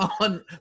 on